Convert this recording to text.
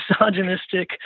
misogynistic